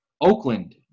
Oakland